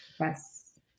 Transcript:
Yes